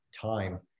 time